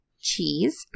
cheese